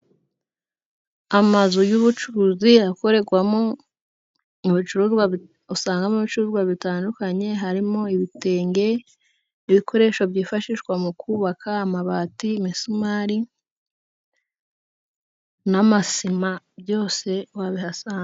Amazu y'ubucuruzi akorerwamo mu bicuruzwa usangamo ibicuruzwa bitandukanye harimo ibitenge, ibikoresho byifashishwa mu kubaka amabati, imisumari n'amasima byose wabihasanga.